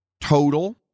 Total